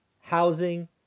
Housing